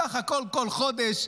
סך הכול, כל חודש,